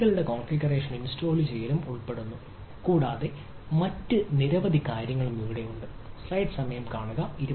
ഐഡികളുടെ configuration ഇൻസ്റ്റാളുചെയ്യലും ഉൾപ്പെടുന്നു കൂടാതെ മറ്റ് നിരവധി കാര്യങ്ങളും അവിടെ ഉണ്ടായിരിക്കേണ്ടതുണ്ട്